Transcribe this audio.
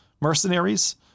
mercenaries